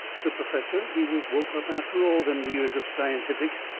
the perfessor, he was woke up after all them years of scientifics,